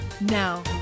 Now